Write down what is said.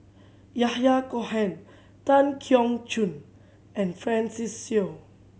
Yahya Cohen Tan Keong Choon and Francis Seow